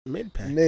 Mid-pack